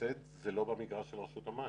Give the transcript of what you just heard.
לסבסד זה לא במגרש של רשות המים.